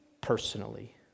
personally